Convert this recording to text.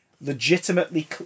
legitimately